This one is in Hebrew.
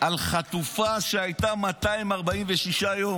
על חטופה שהייתה 246 יום.